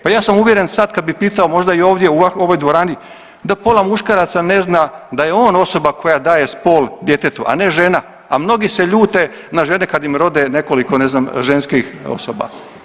Pa ja sam uvjeren sad kad bih pitao možda i ovdje u ovoj dvorani da pola muškaraca ne zna da je on osoba koja daje spol djetetu, a ne žena, a mnogi se ljute na žene kad im rode nekoliko ne znam ženskih osoba.